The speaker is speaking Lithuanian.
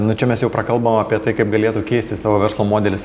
nu čia mes jau prakalbom apie tai kaip galėtų keistis tavo verslo modelis